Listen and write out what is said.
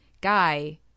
guy